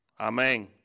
Amen